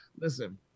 Listen